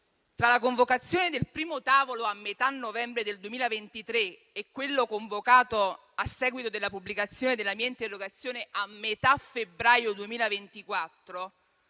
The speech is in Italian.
tra la convocazione del primo tavolo a metà novembre del 2023 e quello convocato a seguito della pubblicazione della mia interrogazione a metà febbraio 2024,